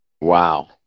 Wow